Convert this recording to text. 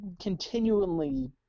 continually